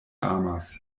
amas